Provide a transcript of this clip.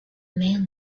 man